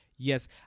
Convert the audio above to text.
Yes